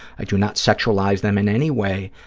i do not sexualize them in any way,